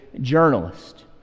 journalist